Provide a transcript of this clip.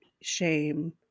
shame